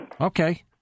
Okay